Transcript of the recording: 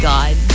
God